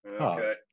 Okay